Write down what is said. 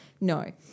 No